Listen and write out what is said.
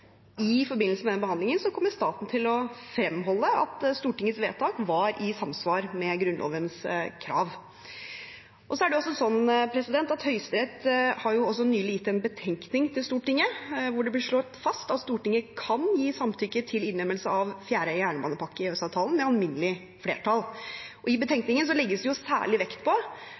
I forbindelse med den behandlingen kommer staten til å fremholde at Stortingets vedtak var i samsvar med Grunnlovens krav. Så er det også sånn at Høyesterett nylig har gitt en betenkning til Stortinget, der det blir slått fast at Stortinget kan gi samtykke til innlemmelse av fjerde jernbanepakke i EØS-avtalen med alminnelig flertall. I betenkningen legges det særlig vekt på